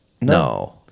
No